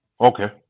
Okay